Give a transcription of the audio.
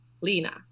Lena